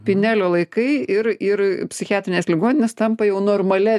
pinelio laikai ir ir psichiatrinės ligoninės tampa jau normalia